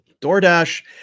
DoorDash